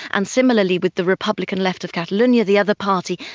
and similarly with the republican left of catalonia, the other party,